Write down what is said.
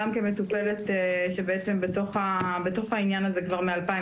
גם כמטופלת שנמצאת בתוך העניין הזה כבר משנת